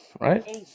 right